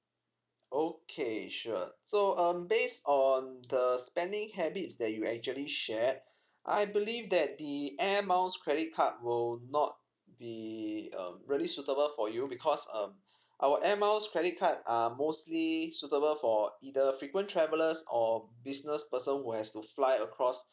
okay sure so um based on the spending habits that you actually shared I believe that the air miles credit card will not be um really suitable for you because um our air miles credit card are mostly suitable for either frequent travelers or business person who has to fly across